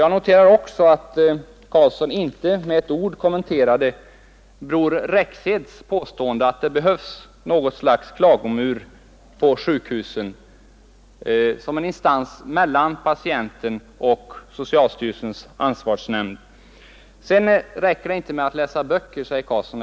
Jag noterar också att herr Karlsson inte med ett enda ord kommenterade Bror Rexeds påstående att det behövs något slags klagomur på sjukhusen såsom en instans mellan patienten och socialstyrelsens ansvarsnämnd. Det räcker inte med att läsa böcker, säger herr Karlsson vidare.